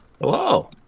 Hello